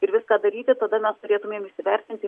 ir viską daryti tada mes turėtumėm įsivertinti